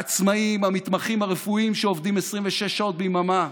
העצמאים, המתמחים ברפואה שעובדים 26 שעות ביממה,